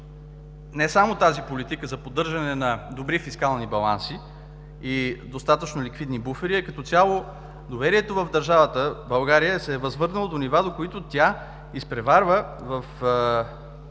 не само тази политика за поддържане на добри фискални баланси и достатъчно ликвидни буфери, а като цяло доверието в държавата България се е възвърнало до нива, до които тя изпреварва в